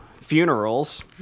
funerals